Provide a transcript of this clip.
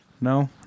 No